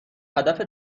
هدف